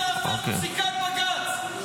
שמציע להפר פסיקת בג"ץ,